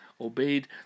obeyed